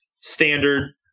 standard